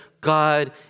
God